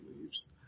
leaves